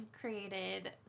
created